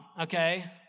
okay